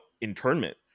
internment